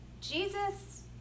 Jesus